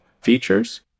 features